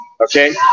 Okay